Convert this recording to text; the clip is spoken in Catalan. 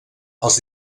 els